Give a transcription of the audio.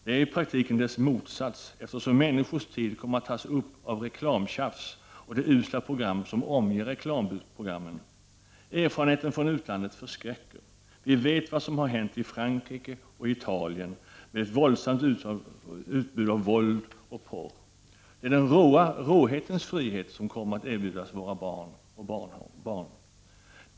Det är i praktiken dess motsats, eftersom människors tid kommer att tas upp av reklamtjafs och de usla program som omger reklamprogrammen. Erfarenheterna från utlandet förskräcker. Vi vet vad som har hänt i Frank rike och i Italien med ett våldsamt utbud av våld och porr. Det är den råhetens frihet som kommer att erbjudas våra barn och barnbarn.